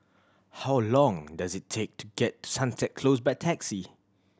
how long does it take to get Sunset Close by taxi